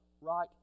right